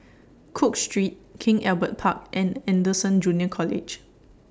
Cook Street King Albert Park and Anderson Junior College